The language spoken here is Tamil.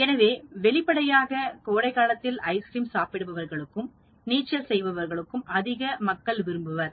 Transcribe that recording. எனவே வெளிப்படையாக கோடை காலத்தில் ஐஸ்கிரீம் சாப்பிடுவதற்கும் நீச்சல் செய்வதற்கும் அதிக மக்கள் விரும்புவர்